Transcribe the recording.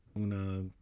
una